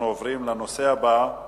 הנושא הבא הוא